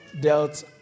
dealt